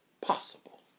Possible